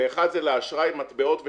ואחד זה לאשראי מטבעות ושטרות.